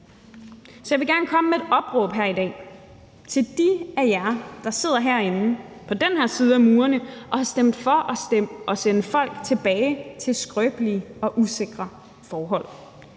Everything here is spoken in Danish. så jeg vil gerne komme med et opråb her i dag til dem af jer, der sidder herinde på den her side af murene og har stemt for at sende folk tilbage til skrøbelige og usikre forhold: